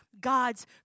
God's